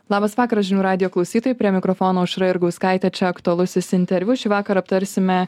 labas vakaras žinių radijo klausytojai prie mikrofono aušra jurgauskaitė čia aktualusis interviu šįvakar aptarsime